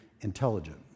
intelligent